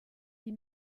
die